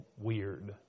weird